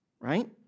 Right